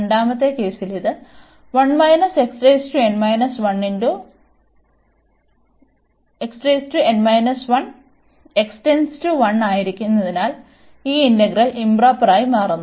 രണ്ടാമത്തെ കേസിൽ ഇത് x → 1 ആയിരിക്കുന്നതിനാൽ ഈ ഇന്റഗ്രൽ ഇoപ്രോപ്പറായി മാറുന്നു